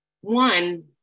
One